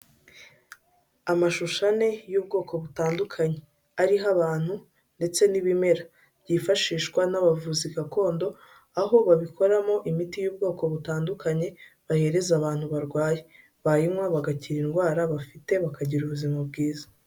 Amashusho ane y'ubwoko butandukanye, ariho abantu ndetse n'ibimera byifashishwa n'abavuzi gakondo, aho babikoramo imiti y'ubwoko butandukanye bahereza abantu barwaye, bayinywa bagakira indwara bafite, bakagira ubuzima bwiza.